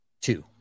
Two